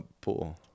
pool